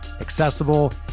accessible